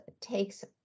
takes